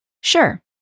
Sure